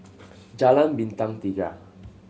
Jalan Bintang Tiga